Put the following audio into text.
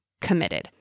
committed